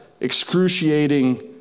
excruciating